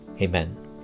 Amen